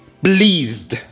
pleased